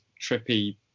trippy